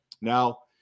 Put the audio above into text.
Now